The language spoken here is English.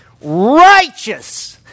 righteous